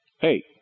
Hey